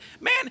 Man